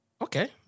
Okay